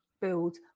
build